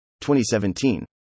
2017